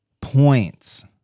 points